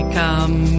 come